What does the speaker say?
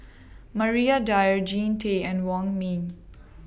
Maria Dyer Jean Tay and Wong Ming